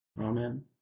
Amen